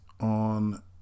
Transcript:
on